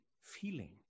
feeling